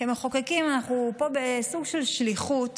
כמחוקקים, אנחנו פה בסוג של שליחות